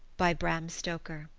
by bram stoker